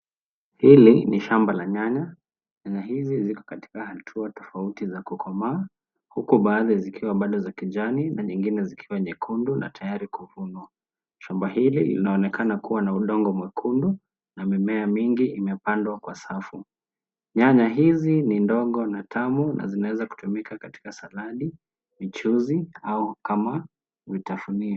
Hili ni shamba la nyanya, na hizi ziko katika hatua tofauti za kukomaa. Uku baadhi zikiwa bado za kijani, na nyingine zikiwa nyekundu na tayari kuvunwa. Shamba hili linaonekana kuwa na udongo mwekundu, na mimea mingi imepandwa kwa safu. Nyanya hizi ni ndogo na tamu, na zinaweza kutumika katika saladi, michuzi, au kama vitafunio.